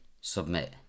submit